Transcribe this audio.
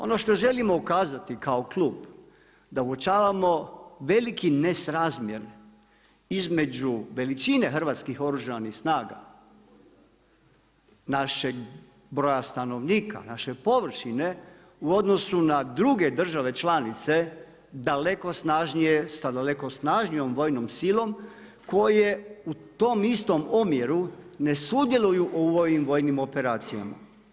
Ono što želimo ukazati kao klub da uočavamo veliki nesrazmjer između veličine Hrvatskih oružanih snaga našeg broja stanovnika, naše površine u odnosu na druge države članice daleko snažnije, sa daleko snažnijom vojnom silom koje u tom istom omjeru ne sudjeluju u ovim vojnim operacijama.